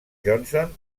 johnson